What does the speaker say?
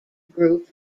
group